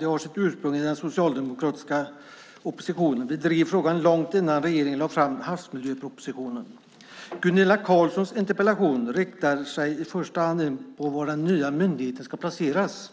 Det har sitt ursprung i den socialdemokratiska oppositionen. Vi drev frågan långt innan regeringen lade fram havsmiljöpropositionen. Gunilla Carlssons interpellation riktar i första hand in sig på var den nya myndigheten ska placeras.